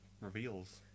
reveals